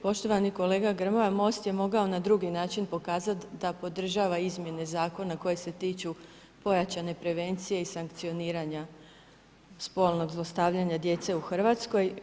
Poštovani kolega Grmoja, MOST je mogao na drugi način pokazat da podržava izmjene zakona koje se tiču pojačanje prevencije i sankcioniranja spolnog zlostavljanja djece u Hrvatskoj.